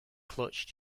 clutch